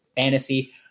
Fantasy